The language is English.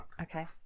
Okay